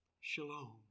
Shalom